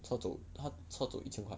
他走他车走一千块